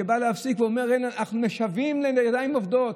שבא להפסיק ואומר: אנחנו משוועים לידיים עובדות.